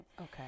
Okay